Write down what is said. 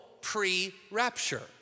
pre-rapture